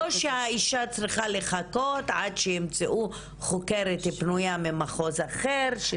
שהאישה צריכה לחכות עד שימצאו חוקרת פנויה ממחוז אחר.